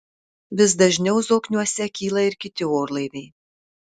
vis dažniau zokniuose kyla ir kiti orlaiviai